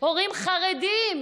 ההורים חרדים.